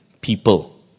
people